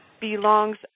belongs